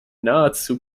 nahezu